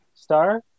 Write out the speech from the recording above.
star